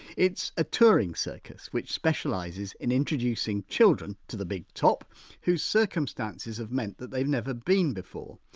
it's a touring circus which specialises in introducing children to the big top whose circumstances have meant that they've never been before,